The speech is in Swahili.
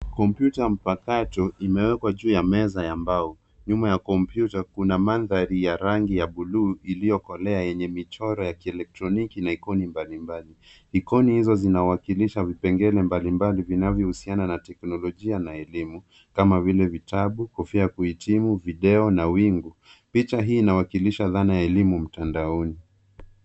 Kompyuta mpakato imewekwa juu ya meza ya mbao. Nyuma ya kompyuta kuna mandhari ya rangi ya bluu iliyokolea, yenye michoro ya kielektroniki na ikoni mbalimbali. Ikoni hizo zinawakilisha vipengele mbalimbali vinavyohusiana na teknolojia na elimu kama vile, vitabu, kofia ya kuhitimu, video na wingu. Picha hii inawakilisha dhana ya elimu mtandaoni.